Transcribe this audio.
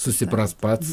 susipras pats